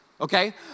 Okay